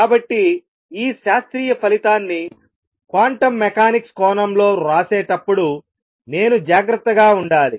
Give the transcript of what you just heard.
కాబట్టి ఈ శాస్త్రీయ ఫలితాన్ని క్వాంటం మెకానిక్స్ కోణంలో వ్రాసేటప్పుడు నేను జాగ్రత్తగా ఉండాలి